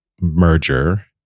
merger